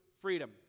freedom